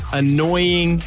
annoying